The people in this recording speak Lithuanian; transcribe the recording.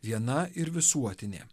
viena ir visuotinė